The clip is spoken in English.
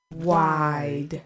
WIDE